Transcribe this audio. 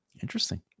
Interesting